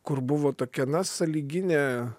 kur buvo tokia na sąlyginė